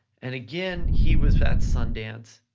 and again, he was at sundance,